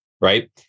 right